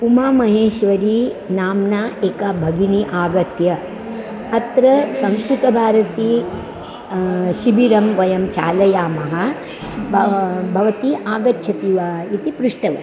उमामहेश्वरी नाम्ना एका भगिन्या आगत्य अत्र संस्कृतभारती शिबिरं वयं चालयामः बव् भवती आगच्छति वा इति पृष्टवती